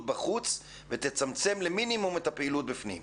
בחוץ ותצמצם למינימום את הפעילות בפנים?